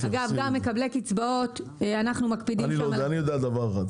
אני יודע דבר אחד.